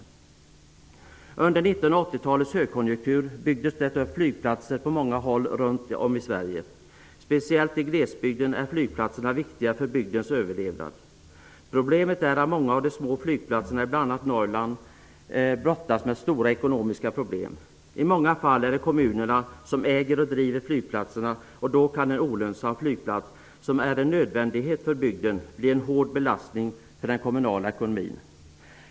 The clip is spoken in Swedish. Under 1980-talets högkonjunktur byggdes det upp flygplatser på många håll runt om i Sverige. Speciellt i glesbygden är flygplatserna viktiga för bygdens överlevnad. Problemet är att många av de små flygplatserna i bl.a. Norrland brottas med stora ekonomiska problem. I många fall är det kommunerna som äger och driver flygplatserna, och då kan en olönsam flygplats som är en nödvändighet för bygden bli en hård belastning för den kommunala ekonomin.